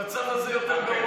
מהמצב הזה, יותר גרוע